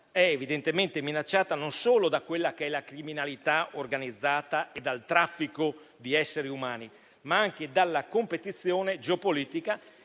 è evidentemente minacciata non solo dalla criminalità organizzata e dal traffico di esseri umani, bensì anche dalla competizione geopolitica